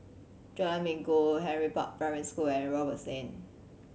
Jalan Minggu Henry Park Primary School and Roberts Lane